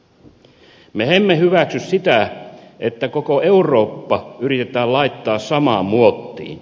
me emme hyväksy sitä että koko eurooppa yritetään laittaa samaan muottiin